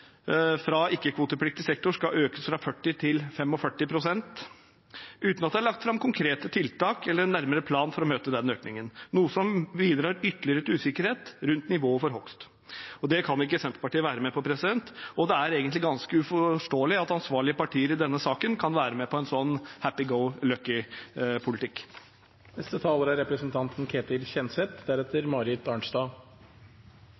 sektor skal økes fra 40 pst. til 45 pst., uten at det er lagt fram konkrete tiltak eller en nærmere plan for å møte den økningen, noe som bidrar ytterligere til usikkerhet rundt nivået for hogst. Det kan ikke Senterpartiet være med på, og det er egentlig ganske uforståelig at ansvarlige partier i denne saken kan være med på en slik «happy-go-lucky»-politikk. Når det gjelder siste talers omtale av at det er